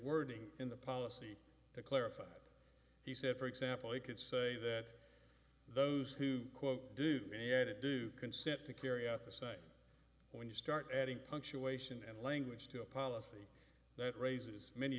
wording in the policy clarified he said for example he could say that those who quote do it do consent to carry out the site when you start adding punctuation and language to a policy that raises many